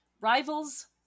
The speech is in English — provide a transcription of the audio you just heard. rivals